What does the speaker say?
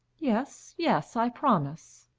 yes, yes i promise.